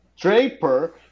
Draper